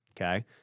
Okay